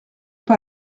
pas